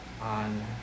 on